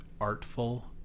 artful